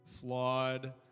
flawed